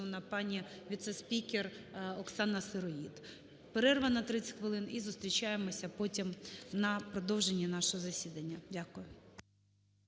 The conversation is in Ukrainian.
пані віце-спікер Оксана Сироїд. Перерва на 30 хвилин. І зустрічаємося потім на продовження нашого засідання. Дякую.